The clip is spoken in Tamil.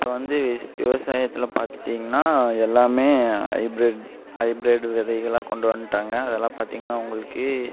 இப்போது வந்து விவசாயத்தில் பார்த்துட்டீங்கன்னா எல்லாமே ஹைப்ரிட் ஹைப்ரிட் விதைகளா கொண்டு வந்துட்டாங்க அதெல்லாம் பார்த்தீங்கன்னா உங்களுக்கே